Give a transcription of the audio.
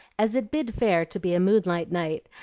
as it bid fair to be a moonlight night,